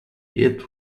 yet